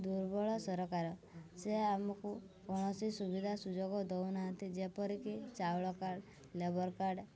ଦୁର୍ବଳ ସରକାର ସେ ଆମକୁ କୌଣସି ସୁବିଧା ସୁଯୋଗ ଦଉନାହାନ୍ତି ଯେପରିକି ଚାଉଳ କାର୍ଡ଼ ଲେବର କାର୍ଡ଼